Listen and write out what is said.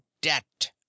debt